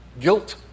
guilt